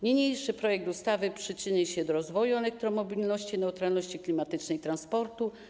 Niniejszy projekt ustawy przyczyni się do rozwoju elektromobilności, neutralności klimatycznej transportu.